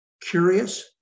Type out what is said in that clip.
curious